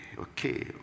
Okay